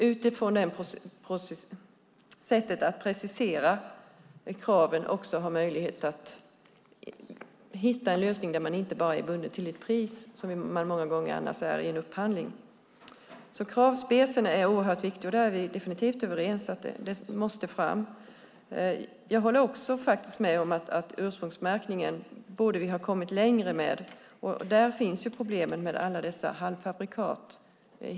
Utifrån sättet att precisera kraven har vi då möjlighet att hitta en lösning där man inte bara är bunden till ett pris, som man många gånger annars är i en upphandling. Kravspecifikationen är oerhört viktig, och vi är definitivt överens om att den måste fram. Jag håller också med om att vi borde ha kommit längre med ursprungsmärkningen. Där finns problemen med alla dessa halvfabrikat.